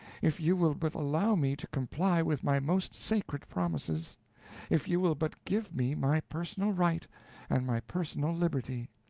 if you will but allow me to comply with my most sacred promises if you will but give me my personal right and my personal liberty.